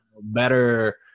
better